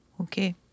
Okay